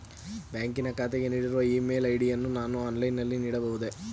ಬ್ಯಾಂಕಿನ ಖಾತೆಗೆ ನೀಡಿರುವ ಇ ಮೇಲ್ ಐ.ಡಿ ಯನ್ನು ನಾನು ಆನ್ಲೈನ್ ನಲ್ಲಿ ನೀಡಬಹುದೇ?